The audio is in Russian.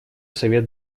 совет